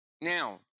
now